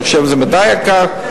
אני חושב שזה יקר מדי,